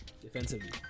Defensively